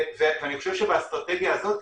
ואני חושב שבאסטרטגיה הזאת